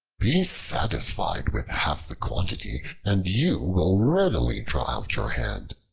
be satisfied with half the quantity, and you will readily draw out your hand.